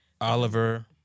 Oliver